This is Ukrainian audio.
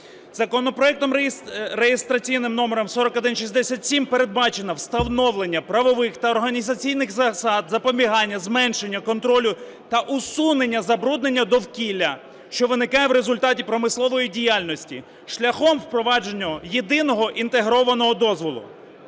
Законопроектом за реєстраційним номером 4167 передбачено встановлення правових та організаційних засад запобігання, зменшення, контролю та усунення забруднення довкілля, що виникає в результаті промислової діяльності, шляхом впровадження єдиного інтегрованого дозволу;